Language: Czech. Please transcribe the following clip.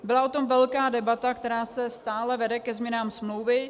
Byla o tom velká debata, která se stále vede ke změnám smlouvy.